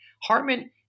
Hartman